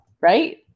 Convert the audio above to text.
Right